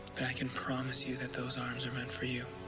but i can promise you that those arms are meant for you.